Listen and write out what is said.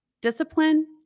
discipline